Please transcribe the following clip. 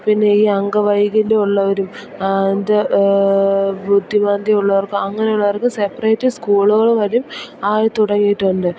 പിന്നെ ഈ അംഗവൈകല്യമുള്ളവരും എന്താണ് ബുദ്ധിമാന്ദ്യമുള്ളവർക്കും അങ്ങനെയുള്ളവർക്ക് സെപ്പറേറ്റ് സ്കൂളുകള് വരെ ആയി തുടങ്ങിയിട്ടുണ്ട്